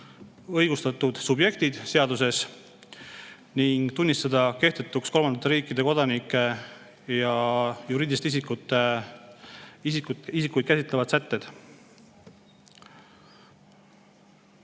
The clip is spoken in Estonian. õigustatud subjektid ning tunnistada kehtetuks kolmandate riikide kodanikke ja juriidilisi isikuid käsitlevad sätted.